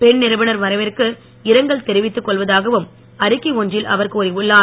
பெண் நிருபர் மறைவிற்கு இரங்கல் தெரிவித்துக் கொள்வதாகவும் அறிக்கை ஒன்றில் அவர் கூறி உள்ளார்